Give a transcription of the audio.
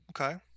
Okay